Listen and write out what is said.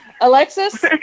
Alexis